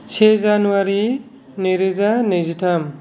से जानुवारी नैरोजा नैजिथाम